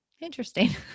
Interesting